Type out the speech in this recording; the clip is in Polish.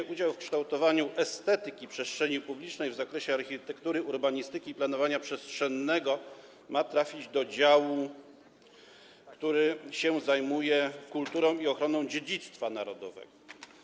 Dział dotyczący kształtowania estetyki przestrzeni publicznej w zakresie architektury, urbanistyki i planowania przestrzennego ma trafić do działu, który dotyczy kultury i ochrony dziedzictwa narodowego.